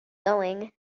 going